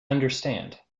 understand